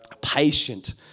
Patient